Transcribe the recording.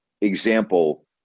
example